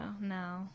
No